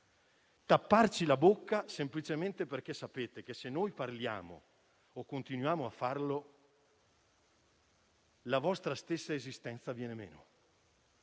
tapparci la bocca semplicemente perché sapete che, se noi parliamo o continuiamo a farlo, la vostra stessa esistenza viene meno.